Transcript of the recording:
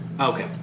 Okay